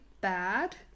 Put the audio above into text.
bad